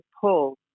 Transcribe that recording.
pull